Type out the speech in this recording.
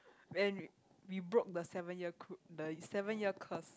and we broke the seven year cu~ the seven year curse